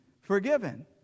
forgiven